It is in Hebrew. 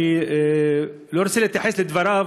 אני לא רוצה להתייחס לדבריו,